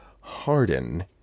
harden